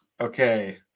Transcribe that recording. Okay